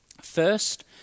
First